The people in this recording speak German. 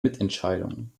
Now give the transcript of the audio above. mitentscheidung